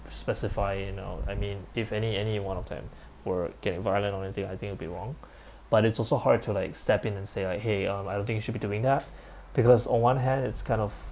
specify you know I mean if any any one of them were getting violent or anything I think would be wrong but it's also hard to like step in and say like !hey! um I don't think you should be doing that because on one hand it's kind of